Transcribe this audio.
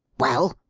well?